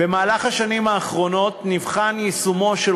במהלך השנים האחרונות נבחן יישומו של